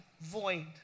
void